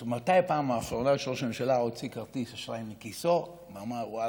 מתי הפעם האחרונה ראש הממשלה הוציא כרטיס אשראי מכיסו ואמר: ואללה,